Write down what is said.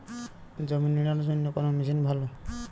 জমি নিড়ানোর জন্য কোন মেশিন ভালো?